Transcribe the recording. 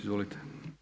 Izvolite.